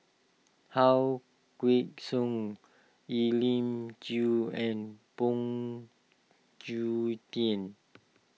How Kway Song Elim Chew and Phoon Tien